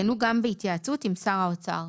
יותקנו גם בהתייעצות עם שר האוצר.